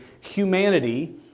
humanity